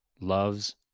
loves